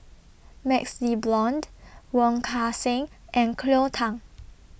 MaxLe Blond Wong Kan Seng and Cleo Thang